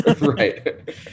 Right